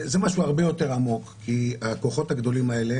זה משהו הרבה יותר עמוק כי הכוחות הגדולים האלה